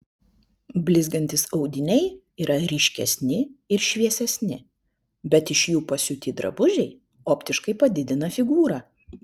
blizgantys audiniai yra ryškesni ir šviesesni bet iš jų pasiūti drabužiai optiškai padidina figūrą